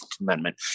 amendment